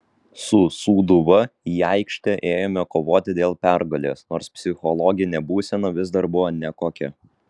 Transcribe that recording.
su sūduva į aikštę ėjome kovoti dėl pergalės nors psichologinė būsena vis dar buvo nekokia